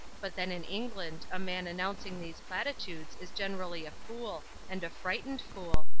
but then in england a man announcing these platitudes is generally a fool and a frightened fool,